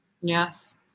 Yes